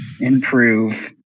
improve